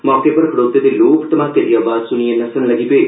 मौके पर खड़ोते दे लोक धमाके दी अवाज सुनियै नस्सन लग्गी पेय